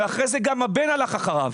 ואחרי זה גם הבן הלך אחריו.